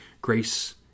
Grace